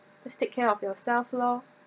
just take care of yourself lor